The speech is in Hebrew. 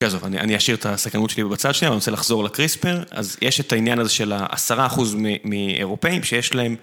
אז טוב, אני אשאיר את הסכנות שלי בבצד שנייה, אני רוצה לחזור לקריספר, אז יש את העניין הזה של ה-10% מאירופאים שיש להם...